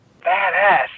badass